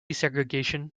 segregation